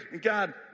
God